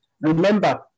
Remember